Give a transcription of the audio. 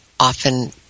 Often